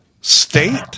state